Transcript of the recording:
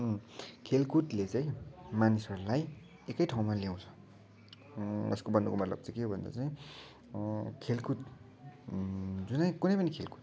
खेलकुदले चाहिँ मानिसहरूलाई एकै ठाउँमा ल्याउँछ यसको भन्नुको मतलब चाहिँ के हो भन्दा चाहिँ खेलकुद जुनै कुनै पनि खेलकुद होइन